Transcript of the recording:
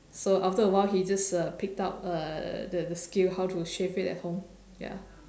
so after a while he just uh picked up uh the the skill how to shave it at home ya